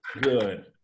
good